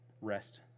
rest